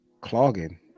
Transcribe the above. clogging